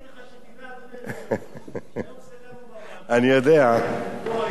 אני רוצה שתדע, אדוני היושב-ראש,